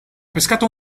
pescato